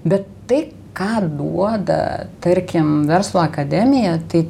bet tai ką duoda tarkim verslo akademija tai